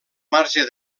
marge